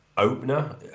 Opener